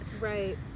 Right